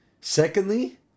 Secondly